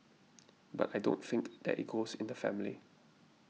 but I don't think that it goes in the family